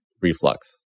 reflux